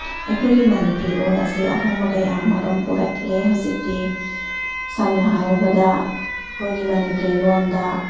ꯑꯩꯈꯣꯏꯒꯤ ꯃꯅꯤꯄꯨꯔꯤ ꯂꯣꯜ ꯑꯁꯤ ꯑꯍꯣꯡꯕ ꯀꯌꯥ ꯑꯃꯔꯣꯝ ꯄꯨꯔꯛꯂꯦ ꯍꯧꯖꯤꯛꯇꯤ ꯁꯝꯅ ꯍꯥꯏꯔꯕꯗ ꯑꯩꯈꯣꯏꯒꯤ ꯃꯅꯤꯄꯨꯔꯤ ꯂꯣꯜꯗ